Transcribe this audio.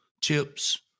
chips